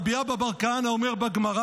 רבי אבא בר כהנא אומר בגמרא: